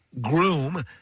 Groom